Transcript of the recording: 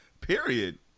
period